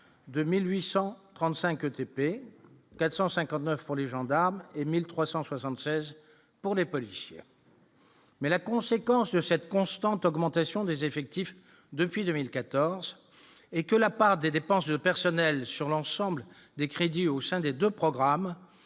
2835 ETP, 459 pour les gendarmes et 1376 pour les policiers. Mais la conséquence de cette constante augmentation des effectifs depuis 2014 et que la part des dépenses de personnel sur l'ensemble des crédits au sein des 2 programmes